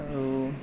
আৰু